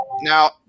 now –